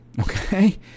Okay